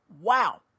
Wow